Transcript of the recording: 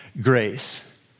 grace